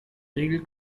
regel